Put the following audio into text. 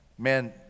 Man